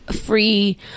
free